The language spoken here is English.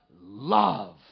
love